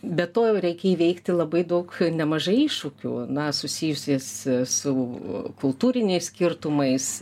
be to jau reikia įveikti labai daug nemažai iššūkių na susijusiais su kultūriniais skirtumais